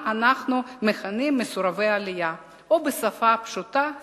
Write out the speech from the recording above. אנחנו מכנים "מסורבי עלייה" או בשפה פשוטה "סירובניקים".